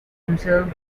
himself